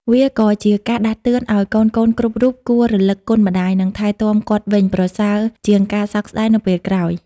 វាក៏ជាការដាស់តឿនឲ្យកូនៗគ្រប់រូបគួររលឹកគុណម្ដាយ និងថែទាំគាត់វិញ ប្រសើរជាងការសោកស្ដាយនៅពេលក្រោយ។